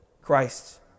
Christ